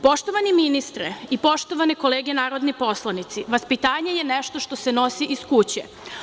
Poštovani ministre i poštovane kolege narodni poslanici, vaspitanje je nešto što se nosi iz kuće.